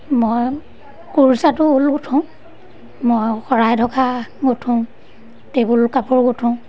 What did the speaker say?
মই কোৰচাটো ঊল গুঠোঁ মই শৰাই ঢকা গুঠোঁ টেবুল কাপোৰ গুঠোঁ